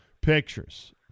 pictures